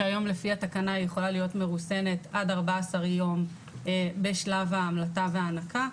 שהיום לפי התקנה היא יכולה להיות מרוסנת עד 14 יום בשלב ההמלטה וההנקה,